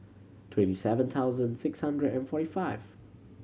twenty seven thousand six hundred and forty five